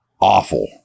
awful